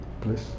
please